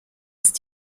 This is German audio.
ist